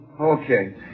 Okay